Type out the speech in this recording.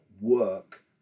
work